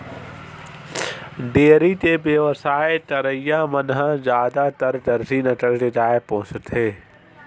dairy के बेवसाय करइया मन ह जादातर जरसी नसल के गाय पोसथे